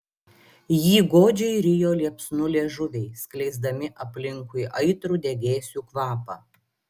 jį godžiai rijo liepsnų liežuviai skleisdami aplinkui aitrų degėsių kvapą